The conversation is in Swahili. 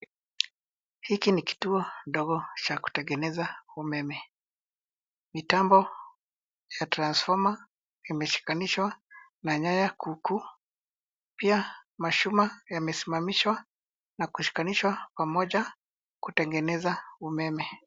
Hiki ni kituo ndogo cha kutengeneza umeme. Mitambo za transfoma zimeshikanishwa na nyaya huku pia machuma yamesimamishwa na kushikanishwa pamoja kutengeneza umeme.